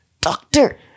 doctor